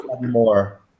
more